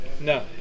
No